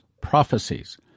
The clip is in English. prophecies